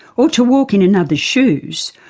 or to walk in another's shoes,